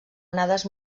onades